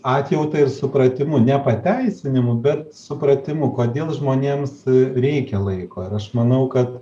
atjauta ir supratimu ne pateisinimu bet supratimu kodėl žmonėms reikia laiko ir aš manau kad